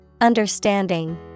Understanding